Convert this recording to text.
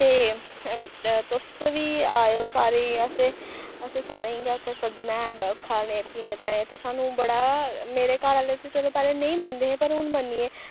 ते तुस बी आएओ सारें गी असें असें सारें गी उत्थै सद्दना ऐ खाने पीने ताईं ते सानूं बड़ा मेरे घर आह्ले ते चलो पैह्ले नेईं मनदे हे हून मन्नी गै